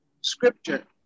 scripture